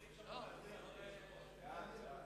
היושב-ראש, אני לא יכול להצביע.